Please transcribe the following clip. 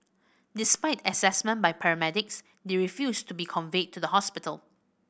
despite assessment by paramedics they refused to be conveyed to the hospital